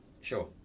sure